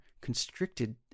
constricted